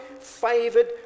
favored